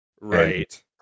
Right